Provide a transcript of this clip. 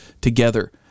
together